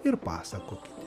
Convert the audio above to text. ir pasakokite